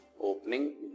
Opening